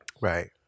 right